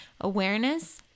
Awareness